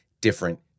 different